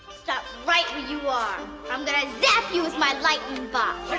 stop right where you are, or i'm gonna zap you with my lightning box.